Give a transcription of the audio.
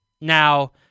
Now